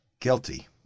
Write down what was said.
Guilty